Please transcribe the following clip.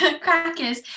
crackers